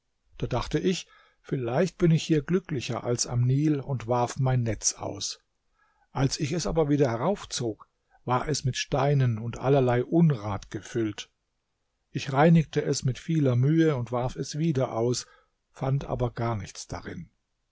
da dachte ich vielleicht bin ich hier glücklicher als am nil und warf mein netz aus als ich es aber wieder heraufzog war es mit steinen und allerlei unrat gefüllt ich reinigte es mit vieler mühe und warf es wieder aus fand aber gar nichts darin